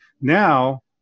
now